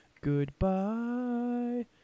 Goodbye